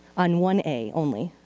on one a only.